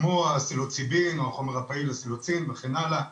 כמו הסלוצידין, החומר הפעיל הסילוצין, וכן הלאה.